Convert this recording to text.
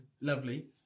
Lovely